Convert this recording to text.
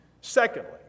Secondly